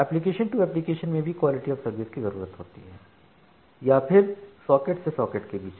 application to एप्लीकेशनमें भी quality of service की जरूरत होती है या फिर सॉकेट से सॉकेट बीच